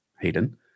Hayden